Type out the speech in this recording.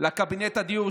לקבינט הדיור,